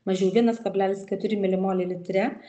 mažiau vienas kablelis keturi milimoliai litre